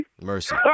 Mercy